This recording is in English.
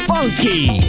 Funky